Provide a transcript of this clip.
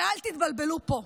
ואל תתבלבלו פה.